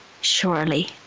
surely